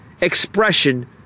expression